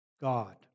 God